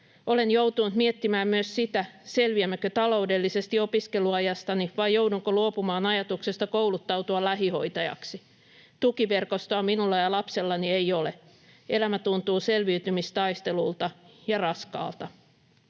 Olen joutunut miettimään myös sitä, selviämmekö taloudellisesti opiskeluajastani vai joudunko luopumaan ajatuksesta kouluttautua lähihoitajaksi. Tukiverkostoa minulla ja lapsellani ei ole. Elämä tuntuu selviytymistaistelulta ja raskaalta.”